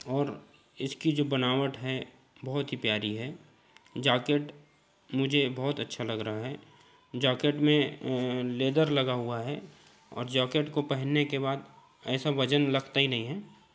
और इसकी जो बनावट है बहुत ही प्यारी है जाकेट मुझे बहुत अच्छा लग रहा है जाकेट में लेदर लगा हुआ है और जाकेट को पहनने के बाद ऐसा वजन लगता ही नहीं है